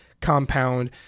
compound